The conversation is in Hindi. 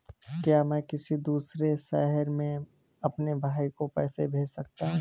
क्या मैं किसी दूसरे शहर में अपने भाई को पैसे भेज सकता हूँ?